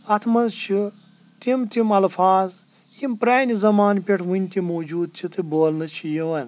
اَتھ منٛز چھُ تِم تِم اَلفاظ یِم پرانہِ زِمانہٕ پٮ۪ٹھ وٕنۍ تہِ موٗجوٗد چھِ تہٕ بولنہٕ چھِ یِوان